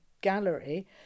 gallery